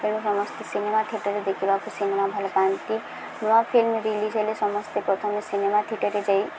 ତେଣୁ ସମସ୍ତେ ସିନେମା ଥିଏଟରରେ ଦେଖିବାକୁ ସିନେମା ଭଲ ପାଆନ୍ତି ନୂଆ ଫିଲ୍ମ ରିଲିଜ ହେଲେ ସମସ୍ତେ ପ୍ରଥମେ ସିନେମା ଥିଏଟରରେ ଯାଇ